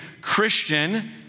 Christian